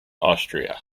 austria